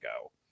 go